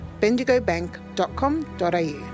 bendigobank.com.au